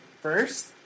first